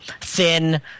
thin